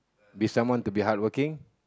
be someone to be hardworking